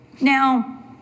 Now